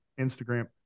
Instagram